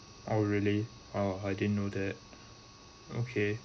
oh really oh I didn't know that okay